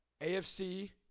AFC